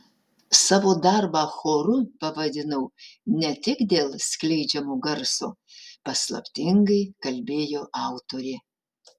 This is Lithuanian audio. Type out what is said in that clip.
savo darbą choru pavadinau ne tik dėl skleidžiamo garso paslaptingai kalbėjo autorė